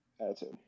attitude